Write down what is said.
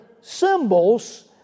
symbols